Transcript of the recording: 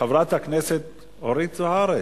חברת הכנסת אורית זוארץ,